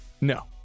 No